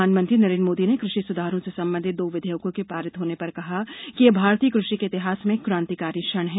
प्रधानमंत्री नरेंद्र मोदी ने कृषि सुधारों से संबंधित दो विधेयकों के पारित होने पर कहा कि यह भारतीय कृषि के इतिहास में क्रांतिकारी क्षण है